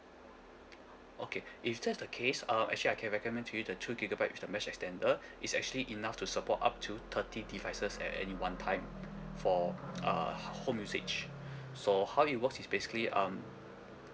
okay if that's the case um actually I can recommend to you the two gigabyte with the mesh extender is actually enough to support up to thirty devices at any one time for uh ho~ home usage so how it works is basically um